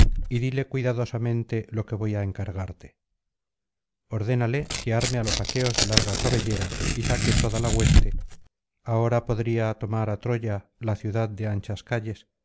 dile cuidadosamente lo que voy tá encargarte ordénale que arme á los aqueos de larga cabellera y saque toda la hueste ahora podría tomar á troya la ciudad de anchas calles